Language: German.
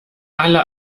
alle